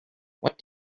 what